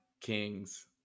Kings